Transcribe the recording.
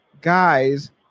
guys